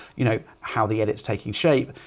you know, how the edit is taking shape.